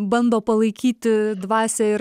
bando palaikyti dvasią ir